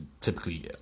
typically